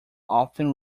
often